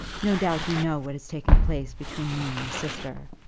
no doubt you know what has taken place between me and your sister.